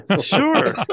sure